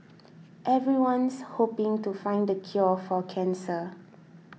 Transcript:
everyone's hoping to find the cure for cancer